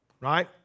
Right